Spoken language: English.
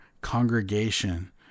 congregation